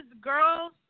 girls